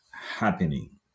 Happening